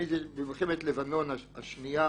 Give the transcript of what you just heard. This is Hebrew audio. במלחמת לבנון השנייה